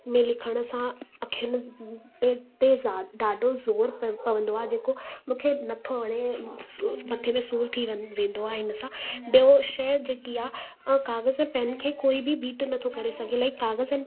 में लिखण सां अखियुनि के ते जा ॾाढो ज़ोर पव पवंदो आहे जेको मूंखे नथो वणे स मथे में सूर थी वे वेंदो आहे इन सां ॿियो शइ जेकी आहे काग़ज़ु पेन खे कोई बि बीट नथो करे सघे लाइक काग़ज़ु ऐं पेन